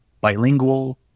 bilingual